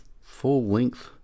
full-length